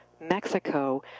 Mexico